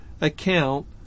account